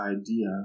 idea